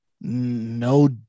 No